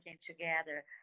together